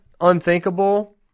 unthinkable